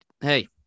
hey